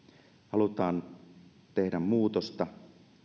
halutaan tehdä muutosta